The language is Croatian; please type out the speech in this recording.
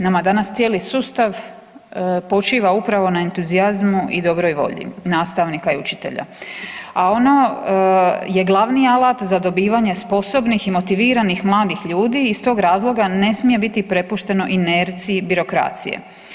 Nama danas cijeli sustav počiva upravo na entuzijazmu i dobroj volji nastavnika i učitelja, a ono je glavni alat za dobivanje sposobnih i motiviranih mladih ljudi i iz tog razloga ne smije biti prepušteno inerciji birokracije.